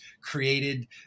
created